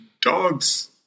dogs